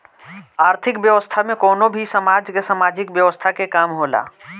आर्थिक व्यवस्था में कवनो भी समाज के सामाजिक व्यवस्था के काम होला